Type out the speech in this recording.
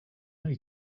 only